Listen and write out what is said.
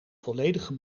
volledige